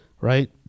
right